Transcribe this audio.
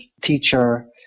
teacher